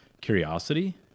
curiosity